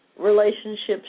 relationships